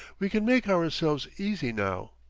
we can make ourselves easy now.